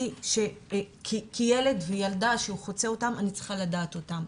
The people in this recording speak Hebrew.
כי ילד וילדה שחוצה אותם אני צריכה לדעת אותם.